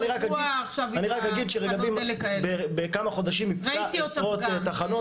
אני רק אגיד שרגבים בכמה חודשים איתרה עשרות תחנות פסולת,